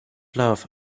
love